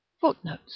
Footnotes